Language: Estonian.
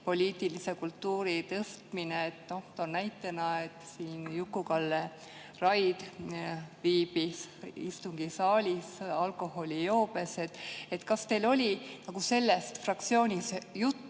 poliitilist kultuuri tõsta? Toon näitena, et siin Juku-Kalle Raid viibis istungisaalis alkoholijoobes. Kas teil oli sellest fraktsioonis juttu,